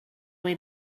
way